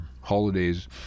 holidays